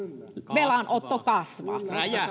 velanotto kasva